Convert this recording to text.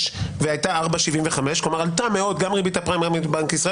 גם לשיטה הזאת יש הגנה שבאה ואומרת: יש דברים